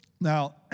Now